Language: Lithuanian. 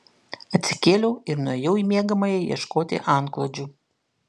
atsikėliau ir nuėjau į miegamąjį ieškoti antklodžių